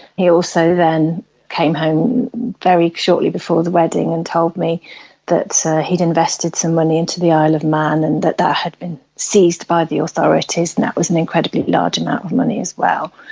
he also then came home very shortly before the wedding and told me that he had invested some money into the isle of man and that that had been seized by the authorities and that was an incredibly large amount of money as well.